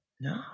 No